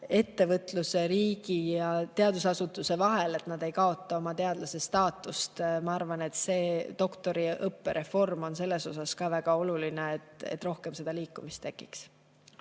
ettevõtluse, riigi ja teadusasutuse vahel, nii et nad ei kaota teadlase staatust. Ma arvan, et doktoriõppe reform on selles osas ka väga oluline, et rohkem seda liikumist tekiks.